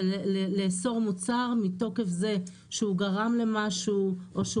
ולאסור מוצר מתוקף זה שהוא גרם למשהו או שהוא